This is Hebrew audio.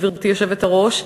גברתי היושבת-ראש.